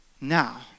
now